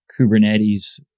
Kubernetes